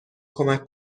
کمک